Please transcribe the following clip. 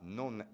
non